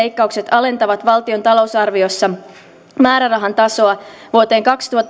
alentavat valtion talousarviossa määrärahan tasoa vuoteen kaksituhattayhdeksäntoista mennessä noin